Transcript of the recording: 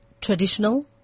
traditional